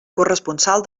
corresponsal